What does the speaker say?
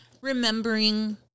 remembering